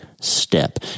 step